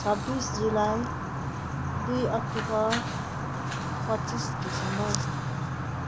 छब्बिस जुलाई दुई अक्टोबर पच्चिस डिसम्बर